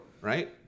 right